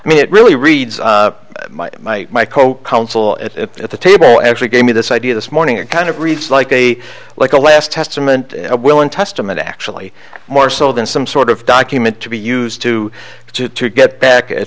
i mean it really reads my my co counsel at the table actually gave me this idea this morning it kind of reads like a like a last testament of will and testament actually more so than some sort of document to be used to to to get back at